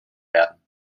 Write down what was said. werden